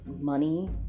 money